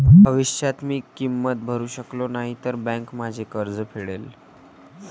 भविष्यात मी किंमत भरू शकलो नाही तर बँक माझे कर्ज फेडेल